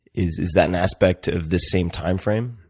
is is that an aspect of this same timeframe?